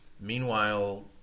Meanwhile